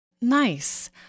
Nice